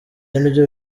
nibyo